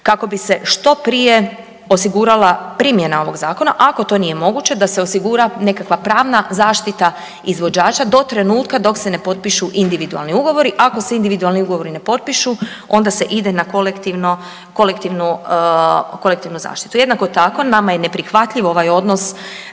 kako bi se što prije osigurala primjena ovog Zakona, ako to nije moguće, da se osigura nekakva pravna zaštita izvođača do trenutka dok se ne potpišu individualni ugovori. Ako se individualni ugovori ne potpišu, onda se ide na kolektivnu zaštitu. Jednako tako, nama je neprihvatljiv ovaj odnos